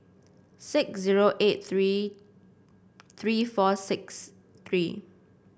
six zero eight three three four six three